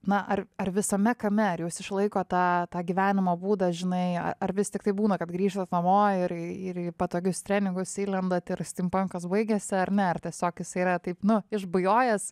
na ar ar visame kame ar jūs išlaikot tą tą gyvenimo būdą žinai ar ar vis tiktai būna kad grįžtat namo ir ir į patogius treningus įlendat ir stimpankas baigiasi ar ne ar tiesiog jisai yra taip nu išbujojęs